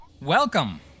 Welcome